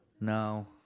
No